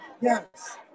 Yes